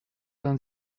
vingt